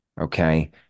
okay